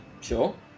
Sure